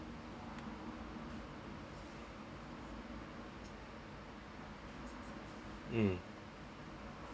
mm